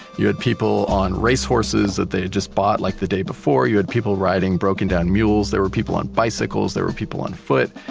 you had people on racehorses that they had just bought like, the day before. you had people riding broken down mules. there were people on bicycles. there were people on foot,